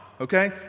okay